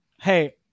hey